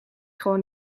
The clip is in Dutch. gewoon